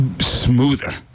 Smoother